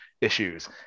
issues